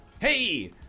Hey